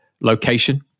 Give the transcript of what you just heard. location